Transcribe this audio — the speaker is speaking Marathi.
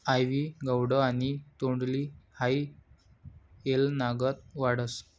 आइवी गौडो आणि तोंडली हाई येलनागत वाढतस